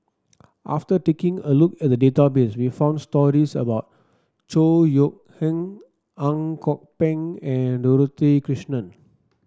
after taking a look at the database we found stories about Chor Yeok Eng Ang Kok Peng and Dorothy Krishnan